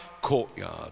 courtyard